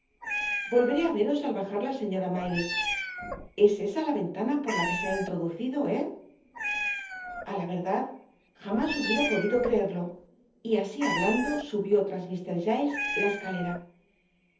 volveré á veros al bajar señora maylie es esa la ventana por la que se ha introducido hé a la verdad jamás hubiera podido creerlo y asi hablando subió irás mr giles la escalera